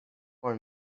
for